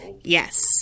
Yes